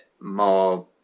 more